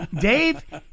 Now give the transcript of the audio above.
Dave